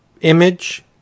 image